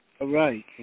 Right